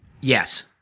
Yes